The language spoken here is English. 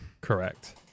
Correct